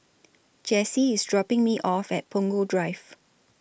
Jesse IS dropping Me off At Punggol Drive